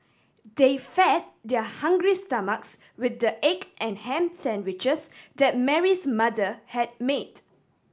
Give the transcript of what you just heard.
they fed their hungry stomachs with the egg and ham sandwiches that Mary's mother had made